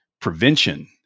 prevention